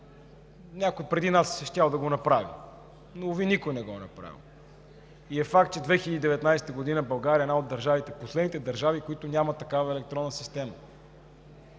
някой преди нас е щял да го направи, но, уви, никой не го е направил. Факт е, че през 2019 г. България е една от държавите, последните държави, които нямат такава електронна система.